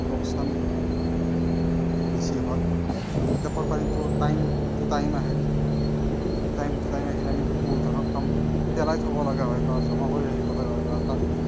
লোকচান বেছি হয় টেপৰ পানীটো টাইম টু টাইম আহে টাইম টু টাইম আহিলে আমি বহুত ধৰণৰ কাম পেলাই থ'ব লগা হয় বা জমা কৰি ৰাখিব লগা হয় বা